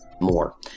more